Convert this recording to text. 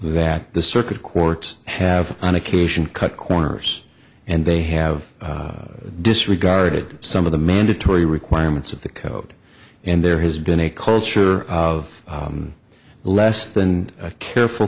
that the circuit courts have on occasion cut corners and they have disregarded some of the mandatory requirements of the code and there has been a culture of less than careful